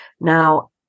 now